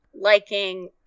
liking